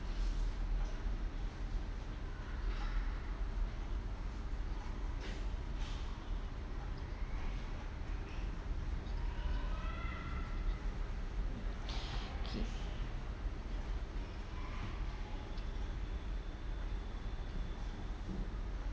okay